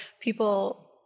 people